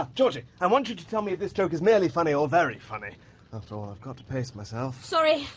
ah georgie i want you to tell me if this joke is merely funny or very funny after all, i've got to pace myself. sorry,